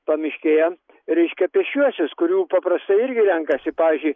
pamiškėje reiškia pėsčiuosius kurių paprastai irgi renkasi pavyzdžiui